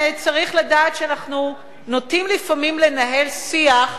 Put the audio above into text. צריך לדעת שאנחנו נוטים לפעמים לנהל שיח,